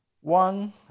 one